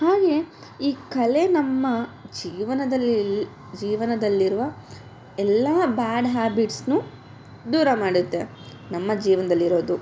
ಹಾಗೆ ಈ ಕಲೆ ನಮ್ಮ ಜೀವನದಲ್ಲಿ ಜೀವನದಲ್ಲಿರುವ ಎಲ್ಲ ಬ್ಯಾಡ್ ಹ್ಯಾಬಿಟ್ಸನ್ನೂ ದೂರ ಮಾಡುತ್ತೆ ನಮ್ಮ ಜೀವನದಲ್ಲಿರೋದು